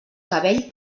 cabell